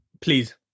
please